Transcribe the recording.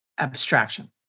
abstraction